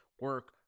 Work